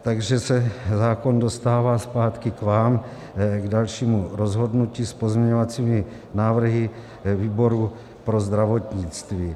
Takže se zákon dostává zpátky k vám k dalšímu rozhodnutí s pozměňovacími návrhy výboru pro zdravotnictví.